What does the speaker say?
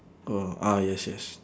oh ah yes yes